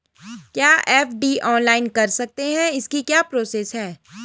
क्या FD online कर सकते हैं इसकी क्या प्रोसेस है?